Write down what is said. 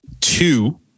two